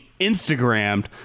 Instagrammed